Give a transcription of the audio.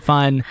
Fun